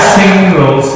single